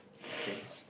okay